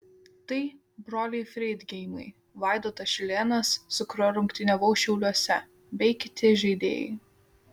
tai broliai freidgeimai vaidotas šilėnas su kuriuo rungtyniavau šiauliuose bei kiti žaidėjai